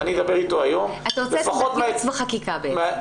אתה רוצה --- בחקיקה בעצם.